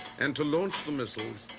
and to launch the missiles,